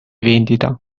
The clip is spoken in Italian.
vendita